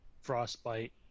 frostbite